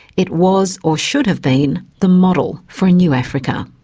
it was, or should have been, the model for a new africa.